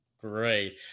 great